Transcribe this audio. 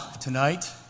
tonight